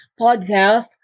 podcast